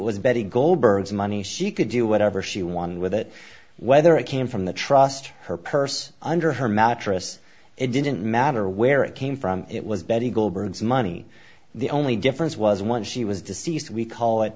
goldberg's money she could do whatever she won with it whether it came from the trust her purse under her mattress it didn't matter where it came from it was betty goldberg's money the only difference was once she was deceased we call it